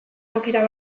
aukera